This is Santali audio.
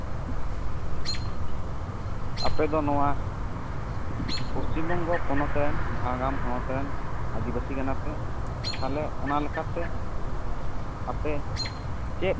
ᱟᱯᱮ ᱫᱚ ᱱᱚᱣᱟ ᱯᱚᱥᱪᱷᱤᱢ ᱵᱚᱝᱜᱚ ᱯᱚᱱᱚᱛ ᱨᱮᱱ ᱡᱷᱟᱲᱜᱨᱟᱢ ᱦᱚᱱᱚᱛ ᱨᱮᱱ ᱟᱹᱫᱤᱵᱟᱥᱤ ᱠᱟᱱᱟ ᱯᱮ ᱛᱟᱦᱚᱞᱮ ᱚᱱᱟ ᱞᱮᱠᱟᱛᱮ ᱟᱯᱮ ᱪᱮᱫ